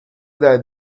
that